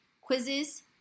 Quizzes